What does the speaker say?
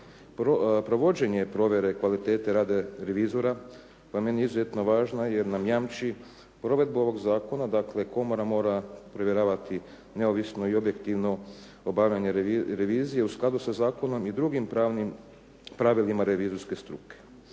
Provođenje provjere kvalitete rada revizora po meni je izuzetno važna jer nam jamči provedbu ovog zakona, dakle komora mora provjeravati neovisno i objektivno obavljanje revizije u skladu sa zakonom i drugim pravnim pravilima revizorske struke.